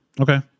okay